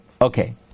okay